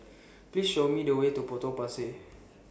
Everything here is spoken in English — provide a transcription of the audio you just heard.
Please Show Me The Way to Potong Pasir